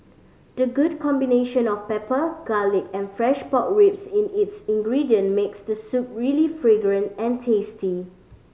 the good combination of pepper garlic and fresh pork ribs in its ingredient makes the soup really fragrant and tasty